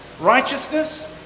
righteousness